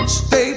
stay